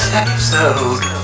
episode